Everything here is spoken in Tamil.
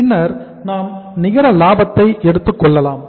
பின்னர் நாம் நிகர லாபத்தை எடுத்து கொள்ளலாம்